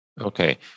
Okay